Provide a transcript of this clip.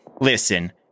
listen